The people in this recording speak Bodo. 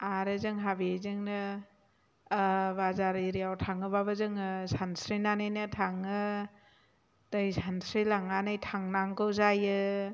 आरो जोंहा बेजोंनो बाजार आरियाव थाङोबाबो जोङो सानस्रिनानैनो थाङो दै सानस्रि लांनानै थांनांगौ जायो